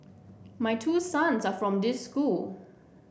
my two sons are from this school